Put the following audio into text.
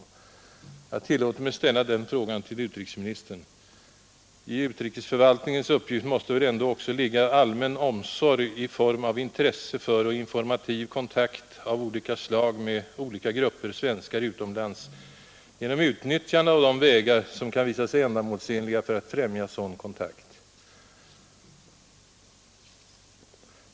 Jag tillåter mig ställa den frågan till utrikesministern. I utrikesförvaltningens uppgift måste väl ändå också ligga allmän omsorg i form av intresse för och informativ kontakt av olika slag med olika grupper svenskar utomlands genom utnyttjande av de vägar, som kan visa sig ändamålsenliga för att främja sådan kontakt.